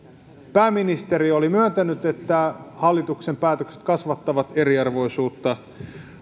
pääministeri oli myöntänyt että hallituksen päätökset kasvattavat eriarvoisuutta